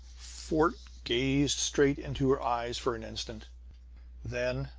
fort gazed straight into her eyes for an instant then,